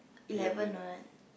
eleven